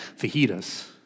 fajitas